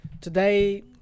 today